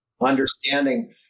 understanding